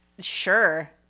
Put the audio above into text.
sure